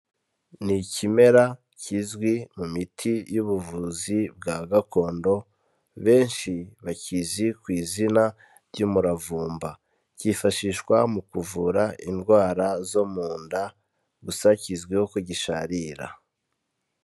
Ni ikimera kizwi mu miti y'ubuvuzi bwa gakondo, benshi bakizi ku izina ry'umuravumba, cyifashishwa mu kuvura indwara zo mu nda, gusa kizwiho ko gisharira.